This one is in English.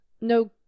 no